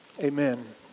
Amen